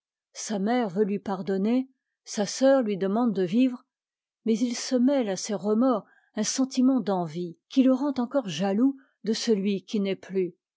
sa mère veut lui pardonner sa sœur lui demande de vivre mais il se mêle à ses remords un sentiment d'envie qui le rend encore jabux de celui qui n'est plus